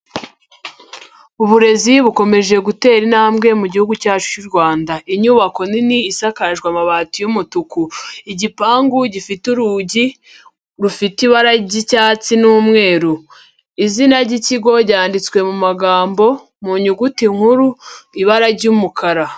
Uburezi bukomeje gutera intambwe mu gihugu cyacu cy'u Rwanda, inyubako nini isakajwe amabati y'umutuku, igipangu gifite urugi rufite ibara ry'icyatsi n'umweru, izina ry'ikigo ryanditswe mu magambo mu nyuguti nkuru ibara ry'umukara.